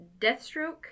Deathstroke